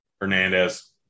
Hernandez